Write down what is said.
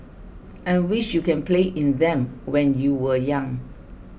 and wish you can play in them when you were young